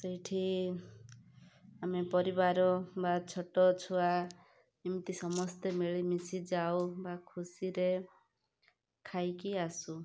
ସେଇଠି ଆମେ ପରିବାର ବା ଛୋଟ ଛୁଆ ଏମିତି ସମସ୍ତେ ମିିଳିମିଶି ଯାଉ ବା ଖୁସିରେ ଖାଇକି ଆସୁ